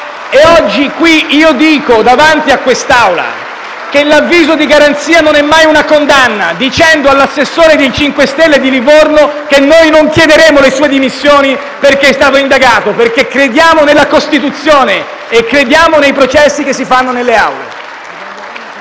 E oggi io dico, davanti a quest'Aula, che l'avviso di garanzia non è mai una condanna e dico all'assessore dei 5 Stelle di Livorno che noi non chiederemo le sue dimissioni perché è stato indagato perché crediamo nella Costituzione e crediamo nei processi che si fanno nelle aule.